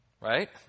Right